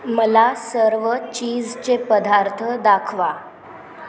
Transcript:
मला सर्व चीजचे पदार्थ दाखवा